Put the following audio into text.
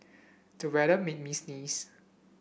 the weather made me sneeze